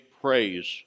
praise